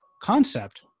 concept